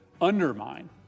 undermine